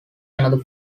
another